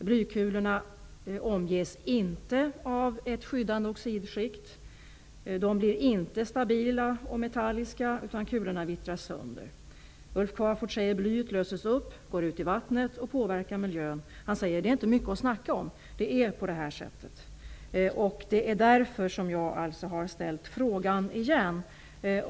Blykulorna omges inte av ett skyddande oxidskikt, de blir inte stabila och metalliska, utan kulorna vittrar sönder. Ulf Qvarfort säger: Blyet löses upp, går ut i vattnet och påverkar miljön. Det är inte mycket att snacka om, det är på det här sättet. Det är därför som jag har ställt frågan igen.